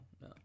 no